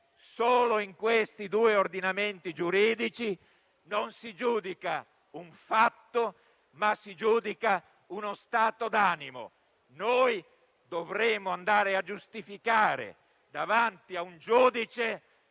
Solo in questi due ordinamenti giuridici non si giudica un fatto, ma si giudica uno stato d'animo. Noi dovremo andare a giustificare davanti a un giudice